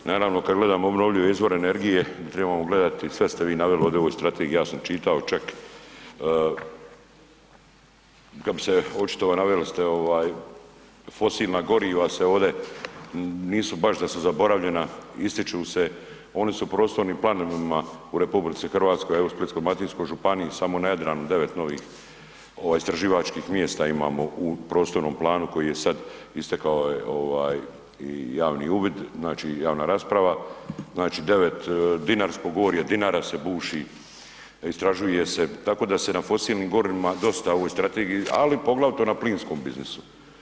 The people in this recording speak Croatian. Naravno kad gledamo obnovljive izvore energije trebamo gledati, sve ste vi naveli ovdje u ovoj strategiji, ja sam čitao, čak kad bi se očitovao, naveli ste ovaj fosilna goriva se ovde, nisu baš da su zaboravljena, ističu se, oni su u prostornim planovima u RH, a i u Splitsko-dalmatinskoj županiji samo na Jadranu 9 novih ovih istraživačkih mjesta imamo u prostornom planu koji je sad, istekao je ovaj i javni uvid, znači javna rasprava, znači 9, Dinarsko gorje, Dinara se buši, istražuje se, tako da se na fosilnim gorivima dosta u ovoj strategiji, ali i poglavito na plinskom biznisu.